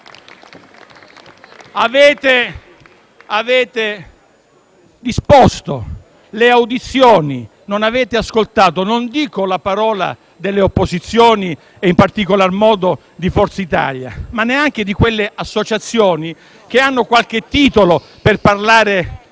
Avete disposto cicli di audizioni, ma non avete ascoltato la parola, non dico delle opposizioni (in particolar modo di Forza Italia), ma neanche di quelle associazioni che hanno qualche titolo per parlare di